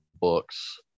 books